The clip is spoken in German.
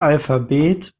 alphabet